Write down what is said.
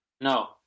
No